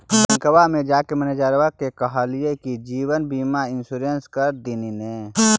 बैंकवा मे जाके मैनेजरवा के कहलिऐ कि जिवनबिमा इंश्योरेंस कर दिन ने?